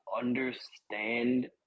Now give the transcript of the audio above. understand